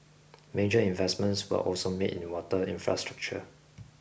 major investments were also made in water infrastructure